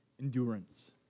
endurance